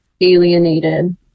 alienated